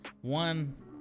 One